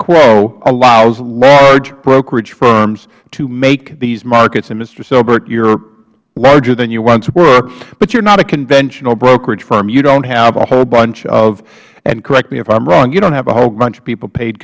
quo allows large brokerage firms to make these markets and mr hsilbert you're larger than you once were but you're not a conventional brokerage firm you don't have a whole bunch of and correct me if i'm wrong you don't have a whole bunch of people paid